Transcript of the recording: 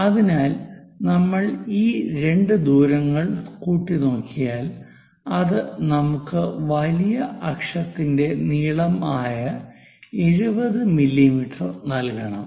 അതിനാൽ നമ്മൾ ഈ രണ്ട് ദൂരങ്ങൾ കൂട്ടിനോക്കിയാൽ അത് നമുക്ക് വലിയ അക്ഷത്തിന്റെ നീളം ആയ 70 മില്ലീമീറ്റർ നൽകണം